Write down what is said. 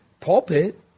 pulpit